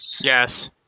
Yes